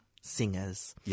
singers